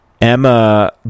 Emma